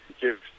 Give